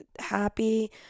happy